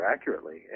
accurately